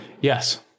yes